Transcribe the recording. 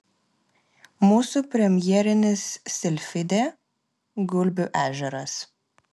mūsų premjerinis silfidė gulbių ežeras